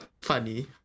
Funny